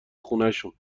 خونشون